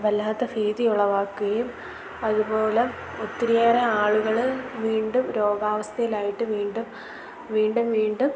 വല്ലാത്ത ഭീതി ഉളവാക്കുകയും അതുപോലെ ഒത്തിരിയേറെ ആളുകൾ വീണ്ടും രോഗാവസ്ഥയിലായിട്ട് വീണ്ടും വീണ്ടും വീണ്ടും